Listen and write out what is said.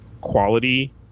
quality